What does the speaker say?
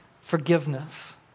forgiveness